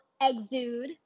exude